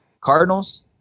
Cardinals